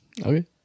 Okay